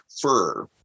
fur